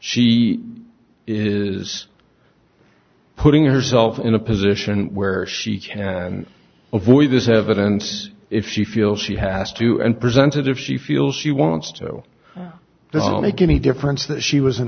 she is putting herself in a position where she can avoid this evidence if she feels she has to and presented if she feels she wants to the make any difference that she was an